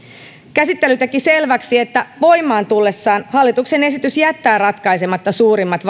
käsittely teki selväksi että voimaan tullessaan hallituksen esitys jättää ratkaisematta suurimmat